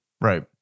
right